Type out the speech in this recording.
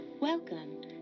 Welcome